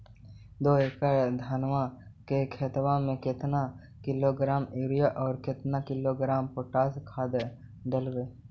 दो एकड़ धनमा के खेतबा में केतना किलोग्राम युरिया और केतना किलोग्राम पोटास खाद डलबई?